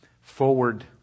forward